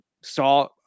saw